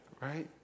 right